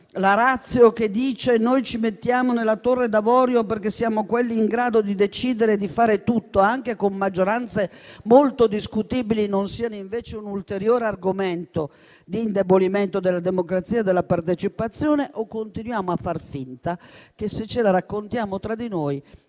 la *ratio* che dice "noi ci mettiamo nella torre d'avorio, perché siamo in grado di decidere e di fare tutto, anche con maggioranze molto discutibili" non sia invece un ulteriore argomento usato per l'indebolimento della democrazia e della partecipazione. Oppure continuiamo a far finta che, se ce la raccontiamo tra di noi,